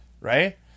right